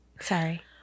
Sorry